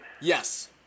Yes